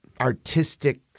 artistic